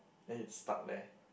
then it's stuck there